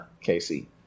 Casey